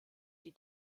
die